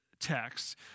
text